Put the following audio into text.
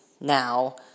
now